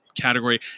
category